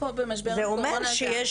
זה אומר שיש,